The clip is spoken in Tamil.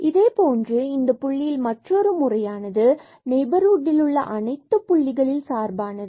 இதே போன்று இந்தப் புள்ளியில் மற்றொரு முறையானது நெய்பர்ஹுட்டில் உள்ள அனைத்து புள்ளிகளில் சார்பானது